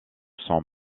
son